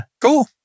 Cool